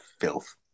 filth